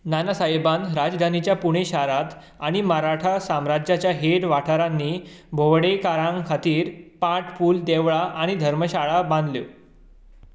नानासाहेबान राजधानीच्या पुणे शारांत आनी मराठा साम्राज्याच्या हेर वाठारांनी भोंवडेकारां खातीर पाट पूल देवळां आनी धर्मशाळा बांदल्यो